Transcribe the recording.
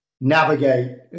navigate